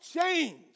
change